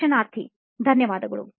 ಸಂದರ್ಶನಾರ್ಥಿ ಧನ್ಯವಾದ